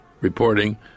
reporting